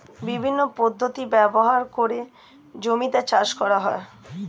বিভিন্ন পদ্ধতি ব্যবহার করে জমিতে চাষ করা হয়